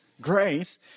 Grace